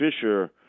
Fisher